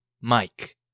Mike